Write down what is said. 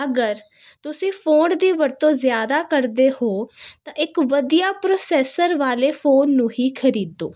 ਅਗਰ ਤੁਸੀਂ ਫੋਨ ਦੀ ਵਰਤੋਂ ਜ਼ਿਆਦਾ ਕਰਦੇ ਹੋ ਤਾਂ ਇੱਕ ਵਧੀਆ ਪ੍ਰੋਸੈਸਰ ਵਾਲੇ ਫੋਨ ਨੂੰ ਹੀ ਖਰੀਦੋ